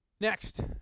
Next